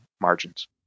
margins